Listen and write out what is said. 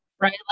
right